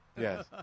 Yes